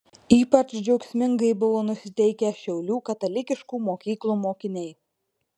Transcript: ypač džiaugsmingai buvo nusiteikę šiaulių katalikiškų mokyklų mokiniai